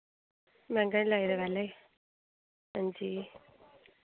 मैंह्गा निं लाए दे पैह्लें गै हांजी